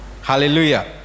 Hallelujah